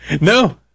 No